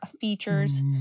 features